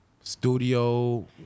Studio